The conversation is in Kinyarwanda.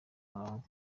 murongo